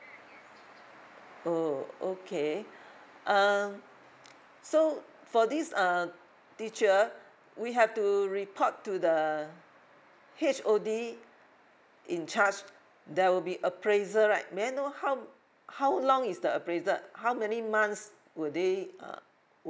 oh okay um so for this uh teacher we have to report to the H O D in charge there will be appraisal right may I know how how long is the appraisal how many months will they uh